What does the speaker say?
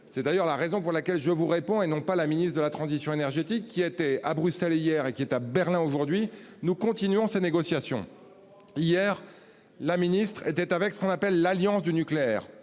c'est d'ailleurs la raison pour laquelle je vous réponds et non pas la ministre de la transition énergétique, qui était à Bruxelles hier et qui est à Berlin. Aujourd'hui, nous continuons ces négociations hier la ministre était avec ce qu'on appelle l'Alliance du nucléaire.